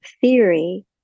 theory